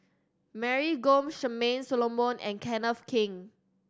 Mary Gomes Charmaine Solomon and Kenneth Keng